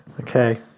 Okay